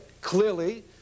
Clearly